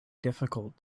difficult